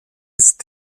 ist